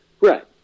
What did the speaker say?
Right